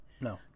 no